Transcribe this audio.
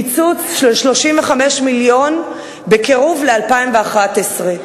קיצוץ של 35 מיליון בקירוב ל-2011,